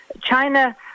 China